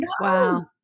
wow